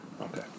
Okay